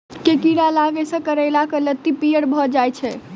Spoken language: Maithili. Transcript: केँ कीड़ा लागै सऽ करैला केँ लत्ती पीयर भऽ जाय छै?